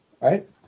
Right